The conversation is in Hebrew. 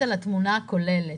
על התמונה הכוללת.